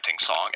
song